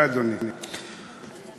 זה השקעה דיפרנציאלית ממשלתית בחינוך,